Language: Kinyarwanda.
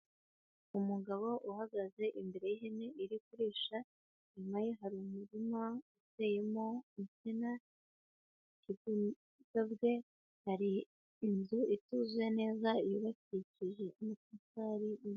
Umugabo uhagaze imbere y'ihene iri kurisha, inyuma ye hari umurima uteyemo insina, ibumoso bwe hari inzu ituzuye neza yubakishije amatafari.